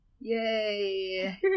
Yay